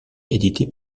édités